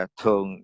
thường